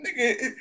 nigga